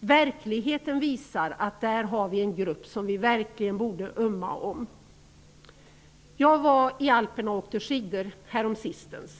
Verkligheten visar att det är en grupp som vi verkligen borde ömma för. Jag var i Alperna och åkte skidor häromsistens.